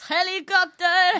Helicopter